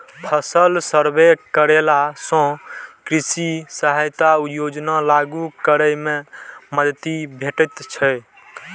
फसल सर्वे करेला सं कृषि सहायता योजना लागू करै मे मदति भेटैत छैक